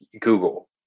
Google